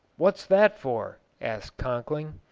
what's that for? asked conkling.